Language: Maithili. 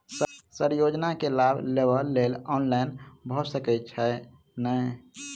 सर योजना केँ लाभ लेबऽ लेल ऑनलाइन भऽ सकै छै नै?